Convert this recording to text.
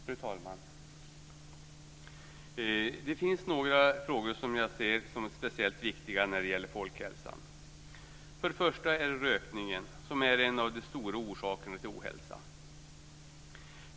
Fru talman! Det finns några frågor som jag ser som speciellt viktiga när det gäller folkhälsan. Först och främst är rökningen en av de stora orsakerna till ohälsa.